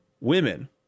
women